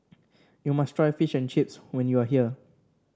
you must try Fish and Chips when you are here